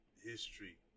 history